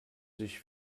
sich